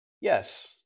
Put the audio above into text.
Yes